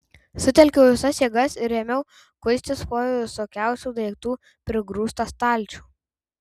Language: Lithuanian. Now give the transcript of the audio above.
sutelkiau visas jėgas ir ėmiau kuistis po visokiausių daiktų prigrūstą stalčių